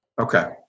Okay